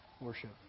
worship